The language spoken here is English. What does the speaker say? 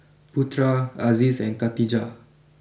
Putra Aziz and Khatijah